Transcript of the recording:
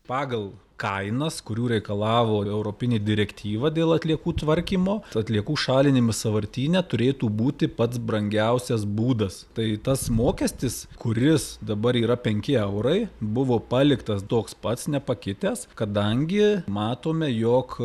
pagal kainas kurių reikalavo europinė direktyva dėl atliekų tvarkymo atliekų šalinimas sąvartyne turėtų būti pats brangiausias būdas tai tas mokestis kuris dabar yra penki eurai buvo paliktas toks pats nepakitęs kadangi matome jog